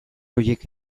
horiek